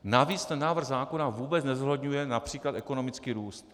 Navíc ten návrh zákona vůbec nezohledňuje např. ekonomický růst.